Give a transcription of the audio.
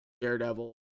Daredevil